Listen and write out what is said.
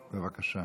בבקשה.